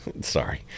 Sorry